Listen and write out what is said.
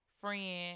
friend